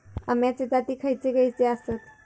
अम्याचे जाती खयचे खयचे आसत?